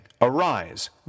Arise